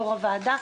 יושב-ראש הוועדה,